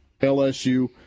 LSU